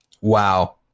Wow